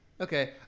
Okay